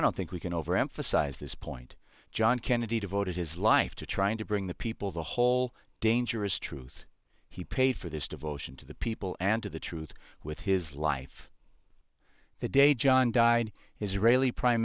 don't think we can overemphasize this point john kennedy devoted his life to trying to bring the people of the whole dangerous truth he paid for this devotion to the people and to the truth with his life the day john died israeli prime